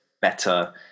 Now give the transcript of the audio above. better